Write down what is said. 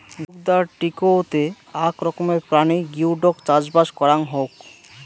জুগদার টিকৌতে আক রকমের প্রাণী গিওডক চাষবাস করাং হউক